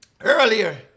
Earlier